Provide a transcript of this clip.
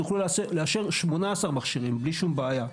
תוכלו לאשר 18 מכשירים בלי שום בעיה.